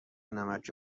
نمک